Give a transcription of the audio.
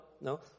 no